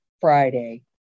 Friday